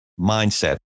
mindset